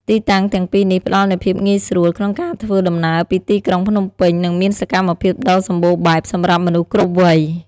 ទីតាំងទាំងពីរនេះផ្តល់នូវភាពងាយស្រួលក្នុងការធ្វើដំណើរពីទីក្រុងភ្នំពេញ និងមានសកម្មភាពដ៏សម្បូរបែបសម្រាប់មនុស្សគ្រប់វ័យ។